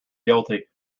guilty